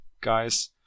guys